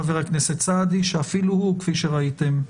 חבר הכנסת סעדי שאפילו הוא, כפי שראיתם,